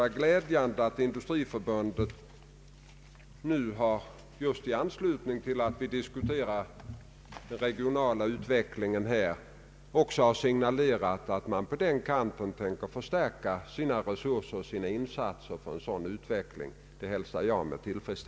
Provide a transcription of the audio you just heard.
Skall vi göra regionala program, bör det ske på det sättet att kommunerna och landstingen får vara med i planeringsråden hos länsstyrelserna, eller hur vi nu vill ha det.